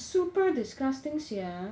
super disgusting sia